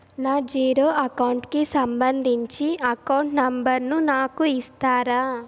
నా zero account కి సంబంధించి అకౌంట్ నెంబర్ ను నాకు ఇస్తారా